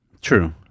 True